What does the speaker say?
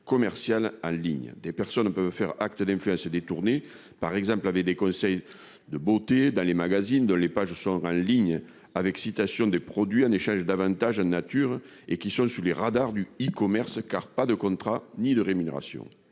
commerciale à ligne des personnes peuvent faire acte d'plus à se détourner par exemple laver des conseils de beauté dans les magazines de les pages sort en ligne avec citation des produits, un échange d'davantage nature et qui sont sur les radars du E-commerce car pas de contrat ni de rémunération